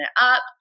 up